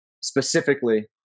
specifically